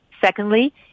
Secondly